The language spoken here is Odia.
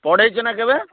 ପଢ଼େଇଛ ନା କେବେ